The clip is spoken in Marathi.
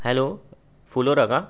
हॅलो फुलोरा का